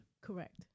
Correct